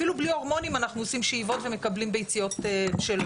אפילו בלי הורמונים אנחנו עושים שאיבות ומקבלים ביציות בשלות.